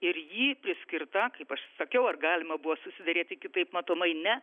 ir ji priskirta kaip aš sakiau ar galima buvo susiderėti kitaip matomai ne